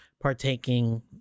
partaking